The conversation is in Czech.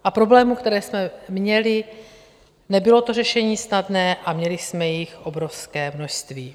A problémů, které jsme měli nebylo to řešení snadné a měli jsme jich obrovské množství.